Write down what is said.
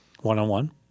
One-on-one